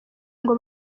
ngo